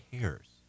cares